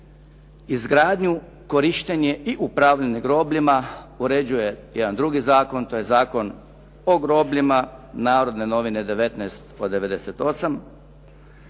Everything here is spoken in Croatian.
izgradnju, korištenje i upravljanje grobljima uređuje jedan drugi zakon, to je Zakon o grobljima "Narodne novine" 19/98.